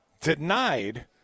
denied